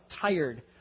tired